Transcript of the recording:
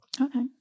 Okay